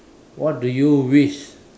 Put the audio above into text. what do you wish